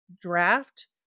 Draft